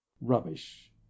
Rubbish